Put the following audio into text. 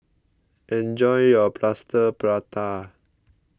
enjoy your Plaster Prata